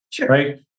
right